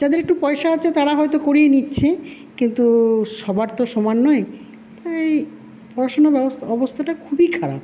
যাদের একটু পয়সা আছে তারা হয়তো করিয়ে নিচ্ছে কিন্তু সবার তো সমান নয় তাই পড়াশোনা অবস্থাটা খুবই খারাপ